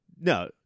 No